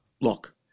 look